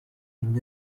une